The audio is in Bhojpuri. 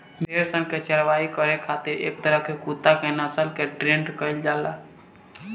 भेड़ सन के चारवाही करे खातिर एक तरह के कुत्ता के नस्ल के ट्रेन्ड कईल जाला